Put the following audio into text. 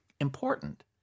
important